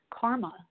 karma